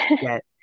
get